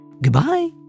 Goodbye